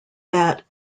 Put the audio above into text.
that